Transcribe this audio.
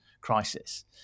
crisis